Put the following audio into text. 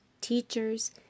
teachers